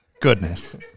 Goodness